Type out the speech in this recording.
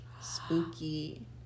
spooky